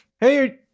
Hey